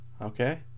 Okay